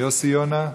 יוסי יונה,